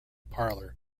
parlour